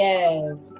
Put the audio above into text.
Yes